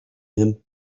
him